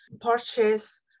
purchase